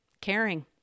caring